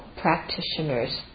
practitioners